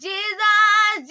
Jesus